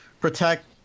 Protect